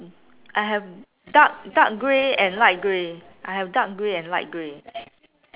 I have dark dark grey and light grey I have dark grey and light grey